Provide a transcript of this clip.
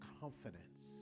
confidence